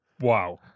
Wow